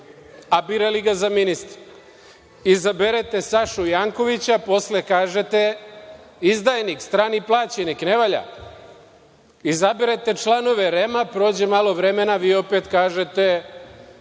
a birali ga za ministra. Izaberete Sašu Jankovića, posle kažete – izdajnik, strani plaćenik, ne valja. Izaberete članove REM-a, prođe malo vremena, vi opet kažete